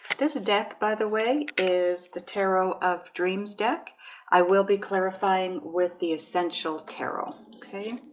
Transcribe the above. this deck by the way is the tarot of dreams deck i will be clarifying with the essential terrell, okay